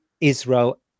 israel